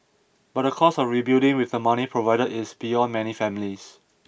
but the cost of rebuilding with the money provided is beyond many families